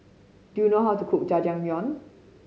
do you know how to cook Jajangmyeon